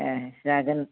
ए जागोन